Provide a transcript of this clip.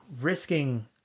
risking